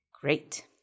Great